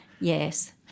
Yes